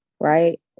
Right